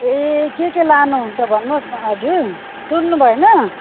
ए के के लानु हुन्छ भन्नु होस् न हजुर सुन्नु भएन